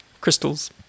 crystals